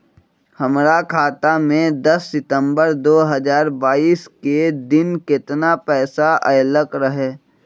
हमरा खाता में दस सितंबर दो हजार बाईस के दिन केतना पैसा अयलक रहे?